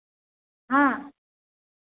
हाँ